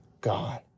God